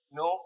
no